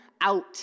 out